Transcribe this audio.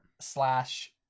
slash